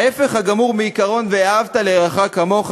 ההפך הגמור מעקרון "ואהבת לרעך כמוך,